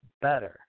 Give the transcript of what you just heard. better